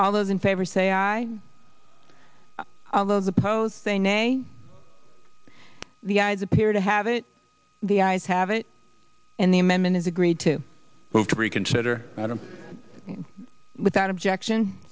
all those in favor say aye although the post say nay the ayes appear to have it the ayes have it and the amendment is agreed to move to reconsider without objection